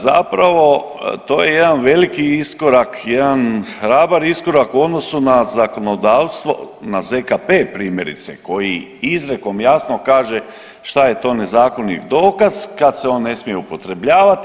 Zapravo to je jedan veliki iskorak, jedan hrabar iskorak u odnosu na zakonodavstvo, na ZKP primjerice koji izrijekom jasno kaže šta je to nezakonit dokaz kad se on ne smije upotrebljavati.